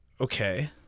Okay